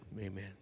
Amen